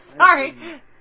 Sorry